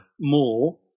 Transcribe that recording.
more